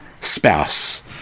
spouse